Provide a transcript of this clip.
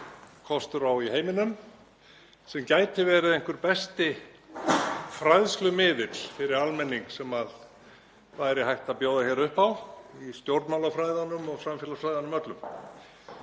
kostur á í heiminum en gæti verið einhver besti fræðslumiðill fyrir almenning sem hægt væri að bjóða upp á í stjórnmálafræðunum og samfélagsfræðunum öllum.